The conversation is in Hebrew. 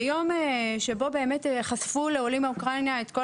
ביום שבאמת חשפו לעולים לאוקראינה את כל